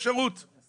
אפשרות לישיבה,